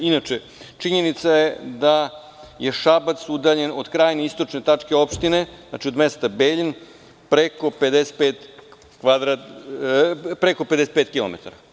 Inače, činjenica je da je Šabac udaljen od krajnje istočne tačke opštine, od mesta Beljin preko 55 kilometara.